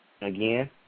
again